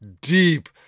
deep